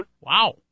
Wow